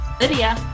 Lydia